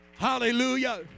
Hallelujah